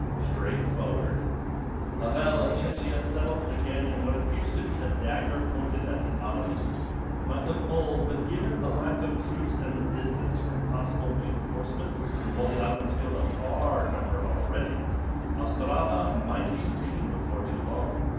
straightforward hvala of chechi acetyls again in what appears to be a dagger pointed at the ottomans it might look bold but given the lack of troops and the distance from possible reinforcements while the ottomans filled a far number already ostrava might be green before too long